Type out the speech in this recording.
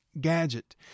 gadget